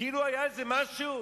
כאילו היה איזה משהו.